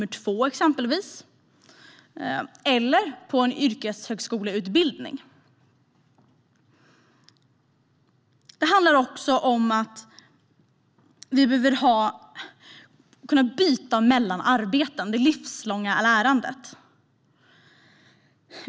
Detta föreslår vi i vår reservation 2. Det handlar också om att vi behöver kunna byta mellan arbeten - det livslånga lärandet.